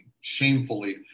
shamefully